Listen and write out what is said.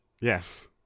Yes